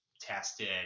tested